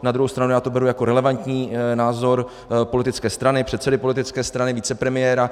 Na druhou stranu to beru jako relevantní názor politické strany, předsedy politické strany, vicepremiéra.